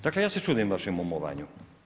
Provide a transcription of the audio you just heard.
Dakle, ja se čudim vašem umovanju.